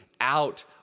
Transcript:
out